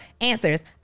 answers